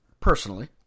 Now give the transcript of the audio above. personally